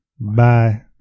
Bye